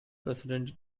president